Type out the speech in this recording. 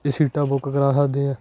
ਸੀਟਾਂ ਬੁੱਕ ਕਰਾ ਸਕਦੇ ਹਾਂ